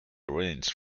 ranged